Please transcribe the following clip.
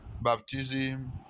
Baptism